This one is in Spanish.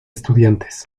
estudiantes